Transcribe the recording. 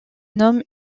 homme